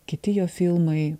kiti jo filmai